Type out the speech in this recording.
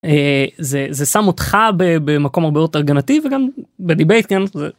זה זה שם אותך במקום הרבה יותר הגנתי וגם בדיבייט, כן.